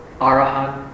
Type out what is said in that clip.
Arahant